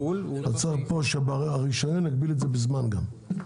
צריך פה שהרישיון יגביל את זה בזמן גם.